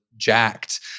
jacked